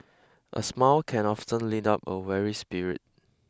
a smile can often lead up a weary spirit